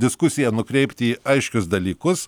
diskusiją nukreipti į aiškius dalykus